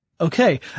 Okay